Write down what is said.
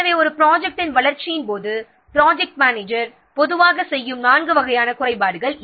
இவையே ஒரு ப்ராஜெக்ட்டின் வளர்ச்சியின் போது ப்ராஜெக்ட் மேனேஜர் பொதுவாக செய்யும் நான்கு வகையான குறைபாடுகள்